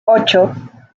ocho